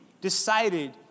decided